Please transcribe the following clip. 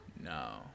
No